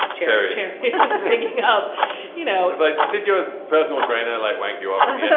church here is digging up you know if i did your personal trainer like wank you off yeah